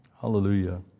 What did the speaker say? Hallelujah